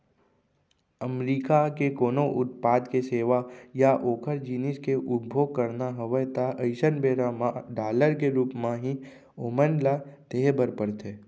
अमरीका के कोनो उत्पाद के सेवा या ओखर जिनिस के उपभोग करना हवय ता अइसन बेरा म डॉलर के रुप म ही ओमन ल देहे बर परथे